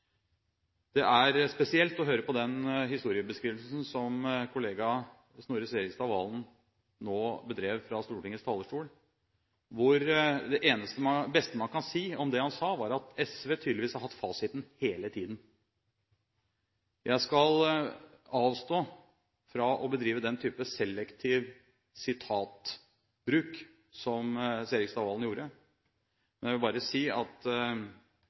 Det er spesielt å høre på den historiebeskrivelsen som kollega Snorre Serigstad Valen nå bedrev fra Stortingets talerstol. Det beste man kan si om det han sa, er at SV tydeligvis har hatt fasiten hele tiden. Jeg skal avstå fra å bedrive den type selektiv sitatbruk som Serigstad Valen gjorde, men jeg vil bare si at